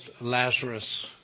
Lazarus